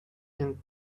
been